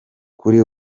kuri